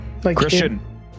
Christian